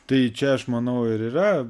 tai čia aš manau ir yra